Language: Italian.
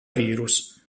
virus